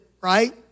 right